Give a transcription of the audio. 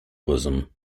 bosom